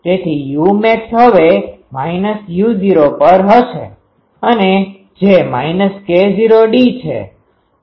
તેથી umax હવે u0 પર હશે અને જે K૦d છે